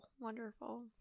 wonderful